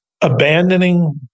abandoning